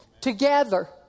Together